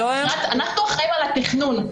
אנחנו אחראים על התכנון.